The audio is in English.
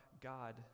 God